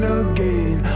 again